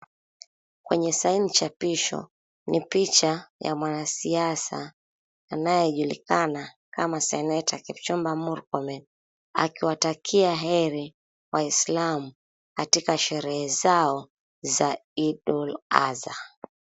Kwenye saini chapisho, ni picha ya mwanasiasa anayejulikana kama Seneta Kipchumba Murkomen. Akiwatakia heri waislamu, katika sherehe zao za Id-ul-Azha.